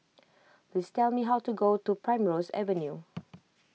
please tell me how to get to Primrose Avenue